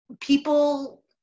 people